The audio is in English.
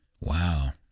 Wow